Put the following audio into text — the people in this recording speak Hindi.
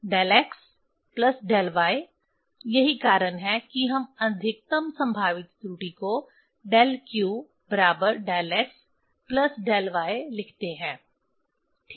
del x plus del y यही कारण है कि हम अधिकतम संभावित त्रुटि को डेल q बराबर del x plus del y लिखते हैं ठीक